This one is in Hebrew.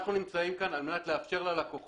אנחנו נמצאים כאן על מנת לאפשר ללקוחות